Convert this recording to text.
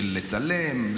לצלם,